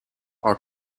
are